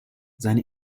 seine